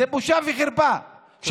זה בושה וחרפה, תודה.